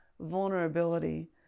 vulnerability